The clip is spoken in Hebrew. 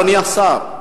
אדוני השר,